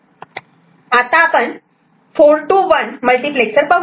आता आपण 4 to 1 multiplexer पाहू